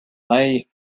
i—i